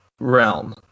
realm